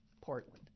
Portland